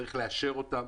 צריך לאשר אותן.